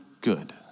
good